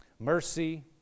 Mercy